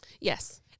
Yes